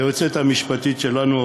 ליועצת המשפטית שלנו,